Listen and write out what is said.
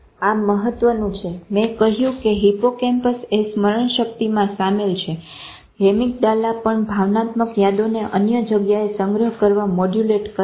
આ મહત્વનું છે મેં કહ્યું કે હિપ્પોકેમ્પસએ સ્મરણ શક્તિમાં સામેલ છે એમીગડાલા પણ ભાવનાત્મક યાદોને અન્ય જગ્યાએ સંગ્રહ કરવા મોડયુલેટ કરે છે